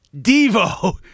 Devo